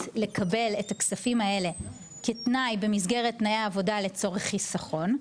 לקבל את הכספים האלה כתנאי במסגרת תנאי העבודה לצורך חיסכון,